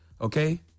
Okay